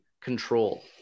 control